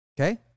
Okay